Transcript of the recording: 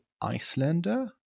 Icelander